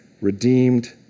redeemed